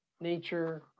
nature